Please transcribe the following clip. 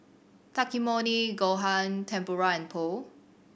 Takikomi Gohan Tempura and Pho